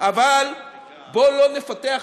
אבל בוא לא נפתח,